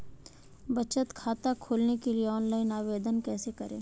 बचत खाता खोलने के लिए ऑनलाइन आवेदन कैसे करें?